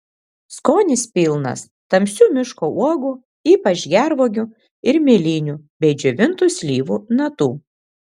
skonis pilnas tamsių miško uogų ypač gervuogių ir mėlynių bei džiovintų slyvų natų